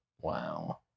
Wow